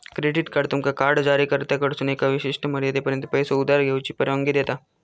credit card तुमका card जारीकर्त्याकडसून एका विशिष्ट मर्यादेपर्यंत पैसो उधार घेऊची परवानगी देता